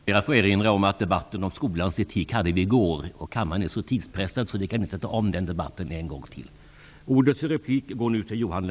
Jag får erinra om att debatten om skolans etik fördes i går. Kammaren är så tidspressad att vi inte kan ta om den debatten en gång till.